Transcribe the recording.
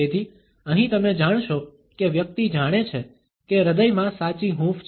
તેથી અહીં તમે જાણશો કે વ્યક્તિ જાણે છે કે હૃદયમાં સાચી હૂંફ છે